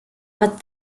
but